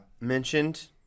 mentioned